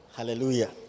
Hallelujah